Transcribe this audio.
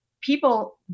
people